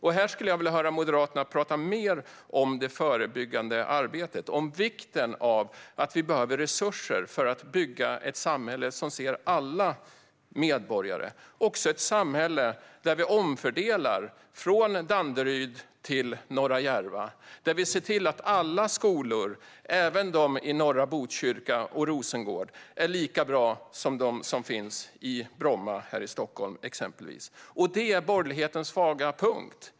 Jag skulle vilja höra Moderaterna tala mer om det förebyggande arbetet och om att vi behöver resurser för att bygga ett samhälle som ser alla medborgare - ett samhälle där vi omfördelar från Danderyd till norra Järva och ser till att alla skolor, även de i norra Botkyrka och Rosengård, är lika bra som de som finns i exempelvis Bromma i Stockholm. Men det är borgerlighetens svaga punkt.